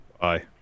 Bye